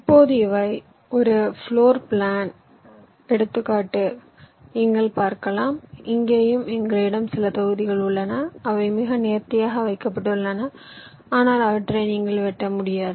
இப்போது இவை ஒரு பிளோர் பிளான் இன் எடுத்துக்காட்டு நீங்கள் பார்க்கலாம் இங்கேயும் எங்களிடம் சில தொகுதிகள் உள்ளன அவை மிக நேர்த்தியாக வைக்கப்பட்டுள்ளன ஆனால் அவற்றை நீங்கள் வெட்ட முடியாது